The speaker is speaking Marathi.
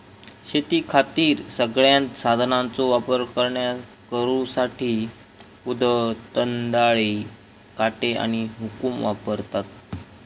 शेतीखातीर सगळ्यांत साधनांचो वापर करुसाठी कुदळ, दंताळे, काटे आणि हुकुम वापरतत